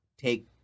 take